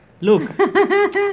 Look